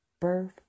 birth